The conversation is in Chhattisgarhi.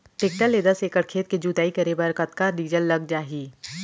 टेकटर ले दस एकड़ खेत के जुताई करे बर कतका डीजल लग जाही?